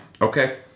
Okay